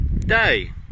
day